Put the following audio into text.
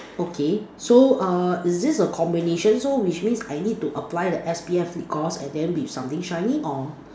okay so uh is this a combination so which means I need to apply the S_P_F lip gloss and then with something shiny or